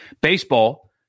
Baseball